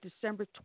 december